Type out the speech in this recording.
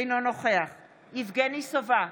אינו נוכח יבגני סובה,